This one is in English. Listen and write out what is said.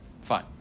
Fine